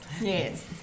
yes